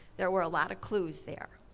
there were a lot of clues there,